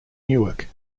newark